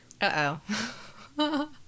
Uh-oh